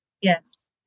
Yes